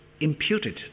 imputed